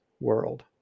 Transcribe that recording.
world